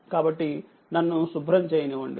కాబట్టి నన్ను శుభ్రం చేయనివ్వండి